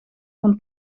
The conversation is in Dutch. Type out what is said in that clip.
rond